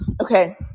Okay